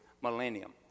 millennium